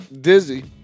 Dizzy